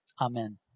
amen